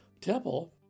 Temple